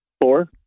Four